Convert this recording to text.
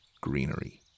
greenery